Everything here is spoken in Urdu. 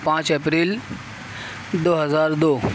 پانچ اپریل دو ہزار دو